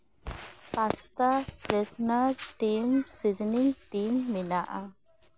pasta ᱯᱷᱨᱮᱥᱱᱟᱨ team ᱥᱤᱡᱤᱱᱤᱝ ᱛᱤᱧ ᱢᱮᱱᱟᱜᱼᱟ